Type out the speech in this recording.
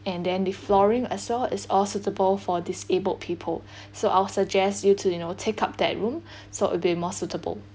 and then the flooring as well is all suitable for disabled people so I'll suggest you to you know take up that room so it'll be more suitable